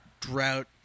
drought